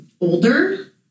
older